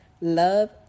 love